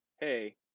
hey